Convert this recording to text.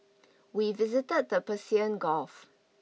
we visited the Persian Gulf